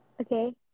okay